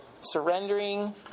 surrendering